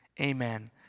Amen